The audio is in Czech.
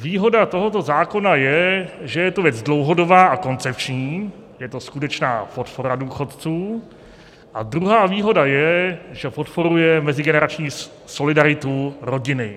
Výhoda tohoto zákona je, že je to věc dlouhodobá a koncepční, je to skutečná podpora důchodců, a druhá výhoda je, že podporuje mezigenerační solidaritu rodiny.